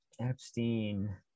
Epstein